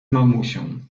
mamusią